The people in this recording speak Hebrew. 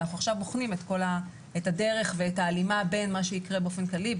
ואנחנו עכשיו בוחנים את הדרך ואת ההלימה בין מה שיקרה באופן כללי,